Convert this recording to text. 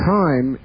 time